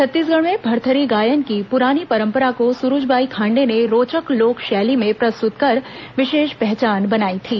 छत्तीसगढ़ में भरथरी गायन की पुरानी परंपरा को सुरुजबाई खांडे ने रोचक लोक शैली में प्रस्तुत कर विशेष पहचान बनाई थी